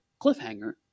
cliffhanger